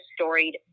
storied